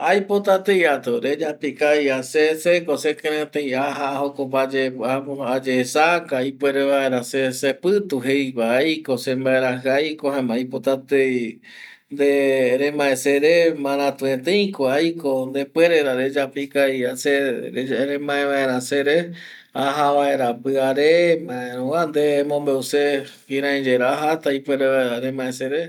Aipota tei atu reyapo ikavi va se, se ko sekirei tei aja jokope apo ayesaka ipuere vaera, se sepitu jeiva aiko sembaeraji aiko jaema aipota tei nde remae sere maratu etei ko aiko depuere ra reyapo ikavi va se remae vaera sere aja vaera piare, maergua nde emombeu seve kirai yae ra ajata ipuere vaera remae sere